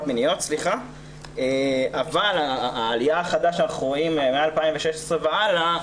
אבל העלייה החדה שאנחנו רואים מ-2016 והלאה,